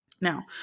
Now